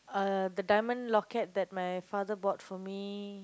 uh the diamond locket that my father bought for me